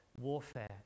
warfare